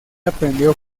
aprendió